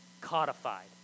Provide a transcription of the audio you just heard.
codified